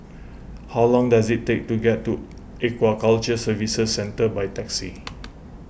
how long does it take to get to Aquaculture Services Centre by taxi